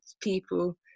people